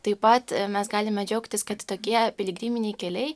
taip pat mes galime džiaugtis kad tokie piligriminiai keliai